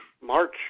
March